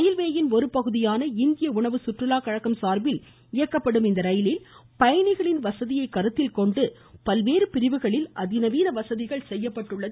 ரயில்வேயின் ஒருபகுதியான இந்திய உணவு சுற்றுலா கழகம் சார்பில் இயக்கப்படும் இந்த ரயிலில் பயணிகளின் வசதியை கருத்தில் கொண்டு அனைத்து பிரிவுகளிலும் அதிநவீன வசதிகள் செய்யப்பட்டுள்ளன